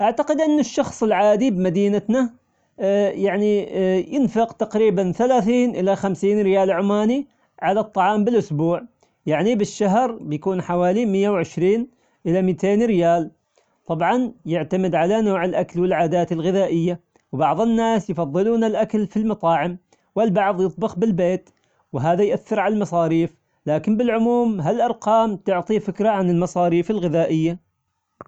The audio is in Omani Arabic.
أعتقد أن الشخص العادي بمدينتنا يعني ينفق تقريبا ثلاثين الى خمسين ريال عماني على الطعام بالأسبوع، يعني بالشهر بيكون حوالي مائة وعشرين الى مائتين ريال، طبعا يعتمد على نوع الأكل والعادات الغذائية وبعظ الناس يفضلون الأكل في المطاعم والبعض يطبخ بالبيت وهذا يؤثر على المصاريف لكن بالعموم هالأرقام تعطيه فكرة عن المصاريف الغذائية.